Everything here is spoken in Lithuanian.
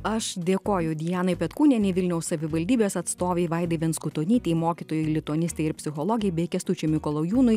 aš dėkoju dianai petkūnienei vilniaus savivaldybės atstovei vaidai venskutonytei mokytojai lituanistei ir psichologei bei kęstučiui mikolajūnui